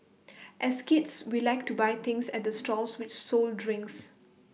as kids we liked to buy things at the stalls which sold drinks